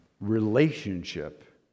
relationship